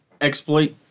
Exploit